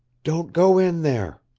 don't go in there,